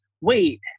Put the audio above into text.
wait